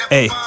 Hey